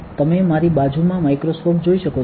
તમે મારી બાજુમાં માઇક્રોસ્કોપ જોઈ શકો છો